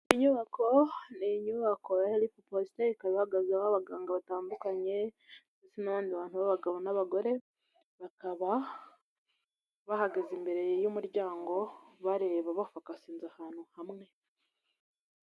Inyubako ni inyubako ya herifu posite, ikaba ihagazeho abaganga batandukanye ndetse n'abandi bantu b'abagabo n'abagore, bakaba bahagaze imbere y'umuryango bareba bafokasinze ahantu hamwe.